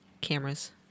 cameras